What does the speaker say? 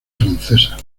francesa